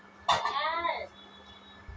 मैं ऋण चुकौती की अवधि कैसे बढ़ा सकता हूं?